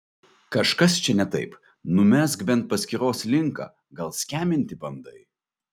kažkas čia ne taip numesk bent paskyros linką gal skeminti bandai